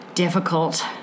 Difficult